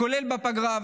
כולל בפגרה.